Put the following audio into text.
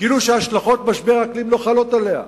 כאילו שהשלכות משבר אקלים לא חלות עליה.